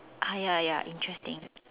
ah ya ya ya interesting